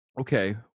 okay